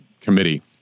committee